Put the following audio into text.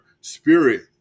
spirit